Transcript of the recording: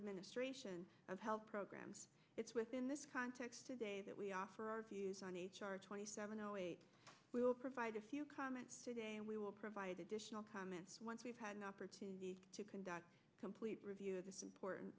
administration of health programs it's within this context today that we offer our views on h r twenty seven zero eight we will provide if you comment today and we will provide additional comments once you've had an opportunity to conduct a complete review of this important